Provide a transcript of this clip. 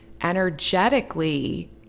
energetically